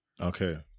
Okay